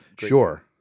sure